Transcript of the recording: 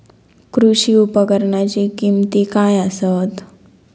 कृषी उपकरणाची किमती काय आसत?